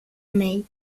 mig